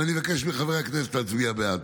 ואני מבקש מחברי הכנסת להצביע בעד.